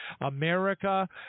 America